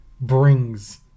brings